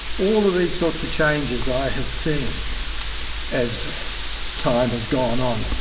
all of these sorts of changes i have seen as time has gone on.